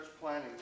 planning